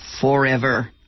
forever